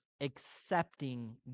accepting